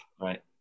Right